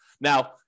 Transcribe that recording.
Now